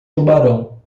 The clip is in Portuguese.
tubarão